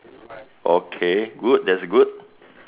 okay good that's good